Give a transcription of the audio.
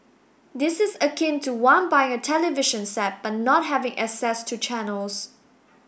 this is akin to one buying a television set but not having access to channels